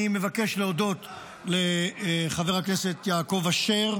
אני מבקש להודות לחבר הכנסת יעקב אשר,